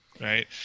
right